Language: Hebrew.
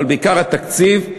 אבל בעיקר התקציב,